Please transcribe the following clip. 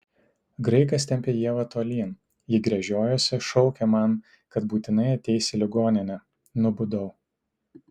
graikas tempė ievą tolyn ji gręžiojosi šaukė man kad būtinai ateis į ligoninę nubudau